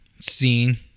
scene